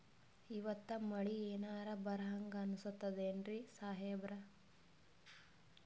ಇವತ್ತ ಮಳಿ ಎನರೆ ಬರಹಂಗ ಅನಿಸ್ತದೆನ್ರಿ ಸಾಹೇಬರ?